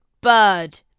bird